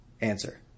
Answer